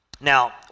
Now